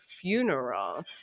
funeral